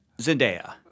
Zendaya